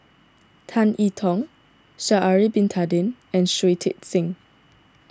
Tan I Tong Sha'ari Bin Tadin and Shui Tit Sing